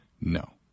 No